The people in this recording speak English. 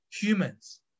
humans